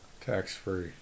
Tax-free